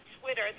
Twitter